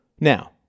Now